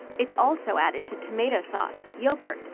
it's also added to tomato sauce, yogurt,